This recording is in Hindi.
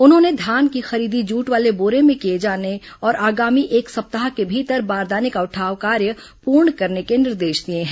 उन्होंने धान की खरीदी जूट वाले बोरे में किए जाने और आगामी एक सप्ताह के भीतर बारदाने का उठाव कार्य पूर्ण करने के निर्देश दिए हैं